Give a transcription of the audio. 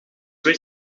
weg